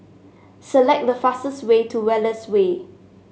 select the fastest way to Wallace Way